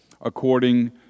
according